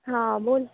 हां बोल